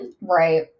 right